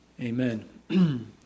Amen